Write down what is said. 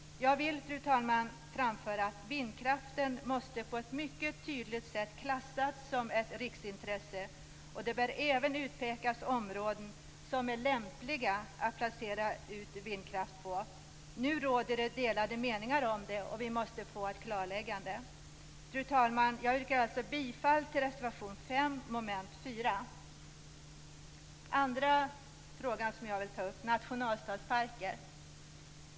Fru talman! Jag vill framföra att vindkraften på ett mycket tydligt sätt måste klassas som ett riksintresse. Det bör även utpekas områden som är lämpliga att placera ut vindkraftverk på. Nu råder det delade meningar om det, och vi måste få ett klarläggande. Fru talman! Jag yrkar alltså bifall till reservation 5 Den andra frågan som jag vill ta upp handlar om nationalstadsparker.